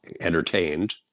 entertained